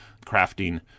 crafting